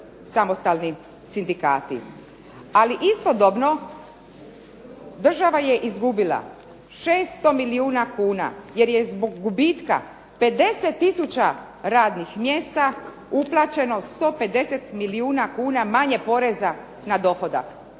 samostalni sindikati, ali istodobno država je izgubila 600 milijuna kuna jer je zbog gubitka 50 tisuća radnih mjesta uplaćeno 150 milijuna kuna manje poreza na dohodak.